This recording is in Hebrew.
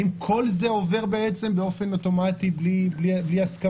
האם כל זה עובר באופן אוטומטי בלי הסכמה?